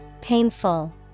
Painful